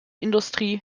industrie